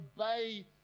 obey